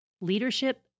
Leadership